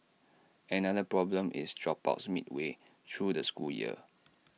another problem is dropouts midway through the school year